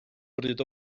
bryd